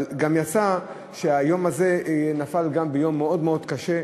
אבל גם יצא שהיום הזה נפל ביום מאוד מאוד קשה,